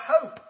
hope